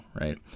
right